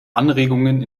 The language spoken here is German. anregungen